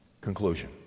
Conclusion